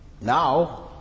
now